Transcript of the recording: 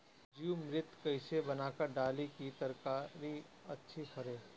जीवमृत कईसे बनाकर डाली की तरकरी अधिक फरे?